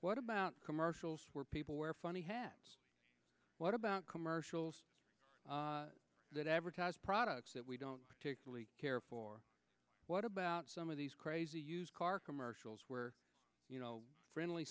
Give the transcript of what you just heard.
what about commercials where people wear funny hats what about commercials that advertise products that we don't particularly care for what about some of these crazy used car commercials where you know friendly